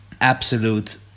absolute